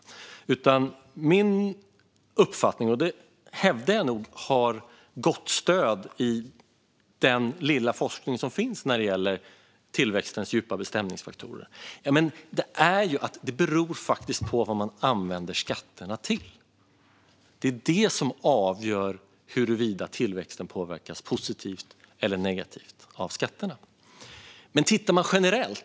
Jag hävdar att min uppfattning nog har gott stöd i den lilla forskning som finns när det gäller tillväxtens djupa bestämningsfaktorer. Det beror på vad man använder skatterna till. Det är vad som avgör huruvida tillväxten påverkas positivt eller negativt av skatterna.